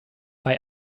bei